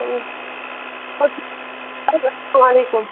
السلام علیکُم